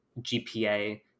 GPA